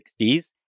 60s